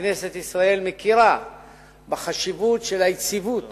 כנסת ישראל מכירה בחשיבות של היציבות